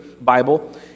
Bible